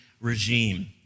regime